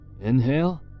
Inhale